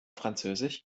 französisch